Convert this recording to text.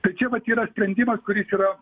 tai čia vat yra sprendimas kuris yra